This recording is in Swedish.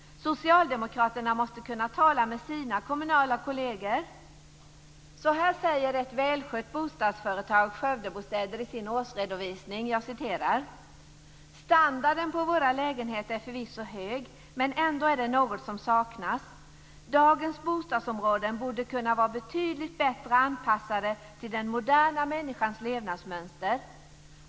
Socialdemokraterna måste kunna tala med sina kommunala kolleger. Så här säger ett välskött bostadsbolag, Skövdebostäder, i sin årsredovisning: "Standarden på våra lägenheter är förvisso hög, men ändå är det något som saknas. Dagens bostadsområden borde kunna vara betydligt bättre anpassade till den moderna människans levnadsmönster.